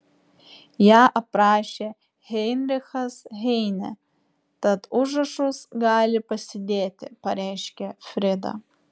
ją aprašė heinrichas heinė tad užrašus gali pasidėti pareiškė frida